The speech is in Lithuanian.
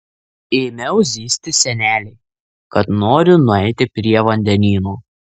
ėmiau zyzti senelei kad noriu nueiti prie vandenyno